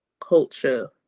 culture